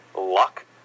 luck